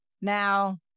Now